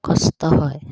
কষ্ট হয়